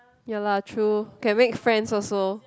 ya lah true can make friends also